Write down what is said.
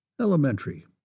Elementary